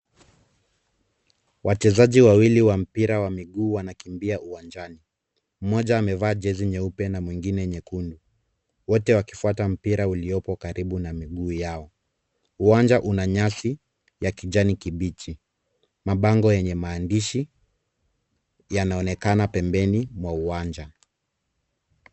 Wachezaji wawili wa mpira wa miguu wanakimbia uwanjani. Mmoja amevaa jezi nyeupe na mwingine nyekundu. Wote wakifuata mpira uliopo karibu na miguu yao. Uwanja una nyasi ya kijani kibichi. Mabango yenye maandishi yanaonekana pembeni mwa uwanja.